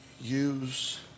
use